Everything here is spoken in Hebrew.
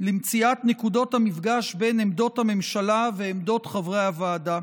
למציאת נקודות המפגש בין עמדות הממשלה ועמדות חברי הוועדה.